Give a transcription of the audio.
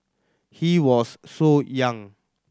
he was so young